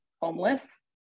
homeless